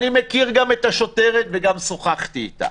אני מכיר גם את השוטרת וגם שוחחתי איתה.